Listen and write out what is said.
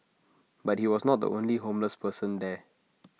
but he was not the only homeless person there